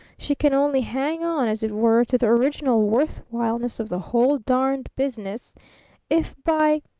she can only hang on, as it were, to the original worth-whileness of the whole darned business if by